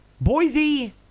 Boise